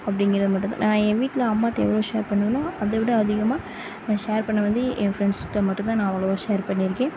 அப்படிங்கிறது மட்டும்தான் நான் என் வீட்டில் அம்மாகிட்ட எவ்வளோ ஷேர் பண்ணுவேனோ அதைவிட அதிகமாக நான் ஷேர் பண்ணுவது வந்து என் ஃப்ரெண்ட்ஸ்கிட்ட மட்டும்தான் நான் அவ்வளோவா ஷேர் பண்ணியிருக்கேன்